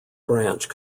branch